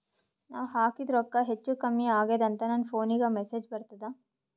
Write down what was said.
ನಾವ ಹಾಕಿದ ರೊಕ್ಕ ಹೆಚ್ಚು, ಕಮ್ಮಿ ಆಗೆದ ಅಂತ ನನ ಫೋನಿಗ ಮೆಸೇಜ್ ಬರ್ತದ?